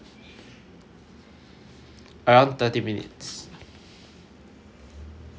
around thirty minutes